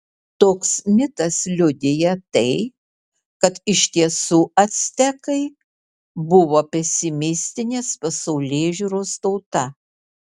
toks mitas liudija tai kad iš tiesų actekai buvo pesimistinės pasaulėžiūros tauta